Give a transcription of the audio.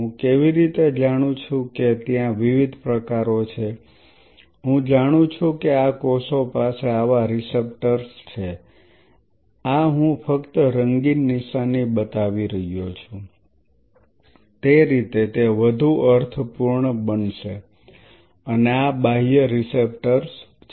હું કેવી રીતે જાણું છું કે ત્યાં વિવિધ પ્રકારો છે હું જાણું છું કે આ કોષો પાસે આવા રીસેપ્ટર્સ છે આ હું ફક્ત રંગીન નિશાની બતાવી રહ્યો છું તે રીતે તે વધુ અર્થપૂર્ણ બનશે અને આ બાહ્ય રીસેપ્ટર્સ છે